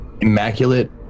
immaculate